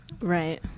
Right